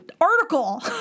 article